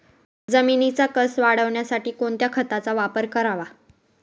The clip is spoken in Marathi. जमिनीचा कसं वाढवण्यासाठी कोणत्या खताचा वापर करावा?